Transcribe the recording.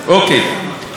טוב,